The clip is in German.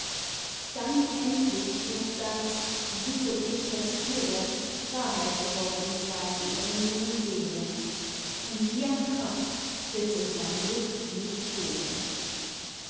dann endlich wird das suchet nicht das ihre wahrheit geworden sein in unsern seelen und wie an kraft wird's uns an glück nicht fehlen